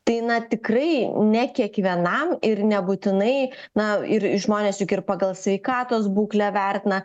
tai na tikrai ne kiekvienam ir nebūtinai na ir žmonės juk ir pagal sveikatos būklę vertina